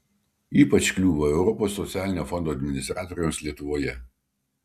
ypač kliūva europos socialinio fondo administratoriams lietuvoje